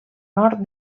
nord